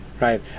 right